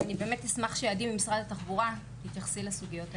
אבל אני באמת אשמח שעדי ממשרד התחבורה תתייחסי לסוגיות האלה,